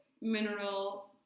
mineral